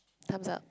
thumbs up